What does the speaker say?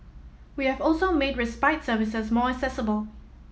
we have also made respite services more accessible